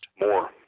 More